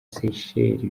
seychelles